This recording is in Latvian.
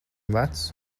vecs